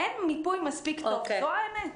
אין מיפוי מספיק טוב, זו האמת.